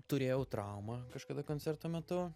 turėjau traumą kažkada koncerto metu